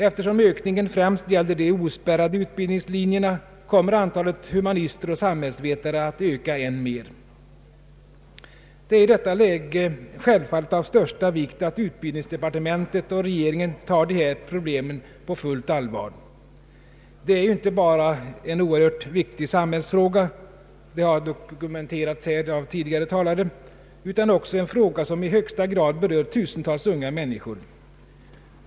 Eftersom ökningen främst gäller de ospärrade utbildningslinjerna, kommer antalet humanister och samhällsvetare att öka än mer. Det är i detta läge självfallet av största vikt att utbildningsdepartementet och regeringen tar de här problemen på fullt allvar. Det är ju inte bara en oerhört viktig samhällsfråga — det har dokumenterats här av tidigare talare — utan också en fråga som i högsta grad berör tusentals unga människor.